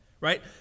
right